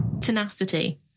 tenacity